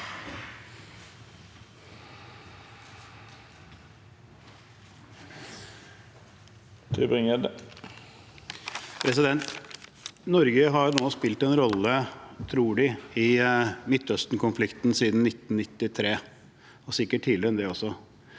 Norge har nå spilt en rolle – tror vi – i Midtøsten-konflikten siden 1993, og sikkert tidligere